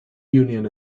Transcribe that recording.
union